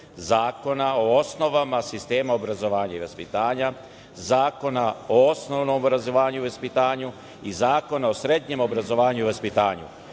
Zakona o osnovama sistema obrazovanja i vaspitanja, Zakona o osnovnom obrazovanju i vaspitanju i Zakona o srednjem obrazovanju i vaspitanju,